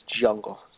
jungle